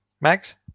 Max